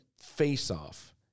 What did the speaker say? face-off